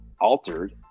altered